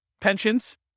pensions